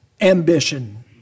ambition